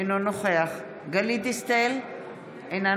אינו נוכח גלית דיסטל אטבריאן,